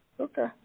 Okay